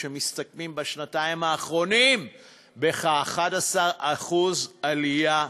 אלה מסתכמים בשנתיים האחרונות בכ-11% עלייה,